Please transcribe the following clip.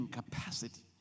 capacity